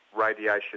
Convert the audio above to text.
radiation